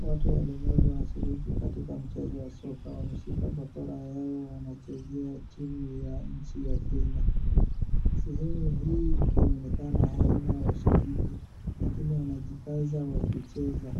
Watu walemavu wanashiriki katika mchezo wa soka. Wameshika bakola yao wanachezea timu ya nchi ya Kenya. Sehemu hii inaonekana haina washabiki lakini wanajikaza wakicheza.